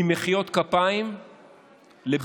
ממחיאות כפיים לביצוע.